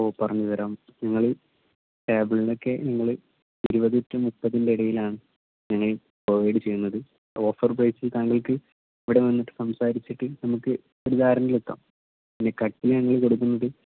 ഓ പറഞ്ഞ് തരാം ഞങ്ങൾ ടേബിളിലൊക്കെ ഞങ്ങൾ ഇരുപത്ട്ട മുപ്പതിൻ്റെ ഇടയിലാണ് ഞങ്ങൾ പ്രൊവൈഡ് ചെയ്യുന്നത് ഓഫർ പ്രൈസ് താങ്കൾക്ക് ഇവിടെ വന്നിട്ട് സംസാരിച്ചിട്ട് നമുക്ക് ഒരു ധാരണയിൽ എത്താം എത്താം പിന്നെ കട്ടിൽ ഞങ്ങൾ കൊടുക്കുന്നത്